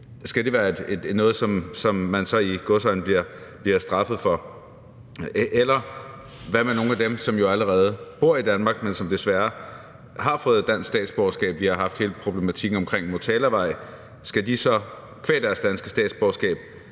skal det så være noget, som man – i gåseøjne – bliver straffet for? Eller: Hvad med nogle af dem, som jo allerede bor i Danmark, men som desværre har fået dansk statsborgerskab – vi har haft hele problematikken omkring Motalavej – altså skal de qua deres danske statsborgerskab